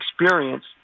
experience